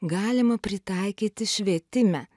galima pritaikyti švietime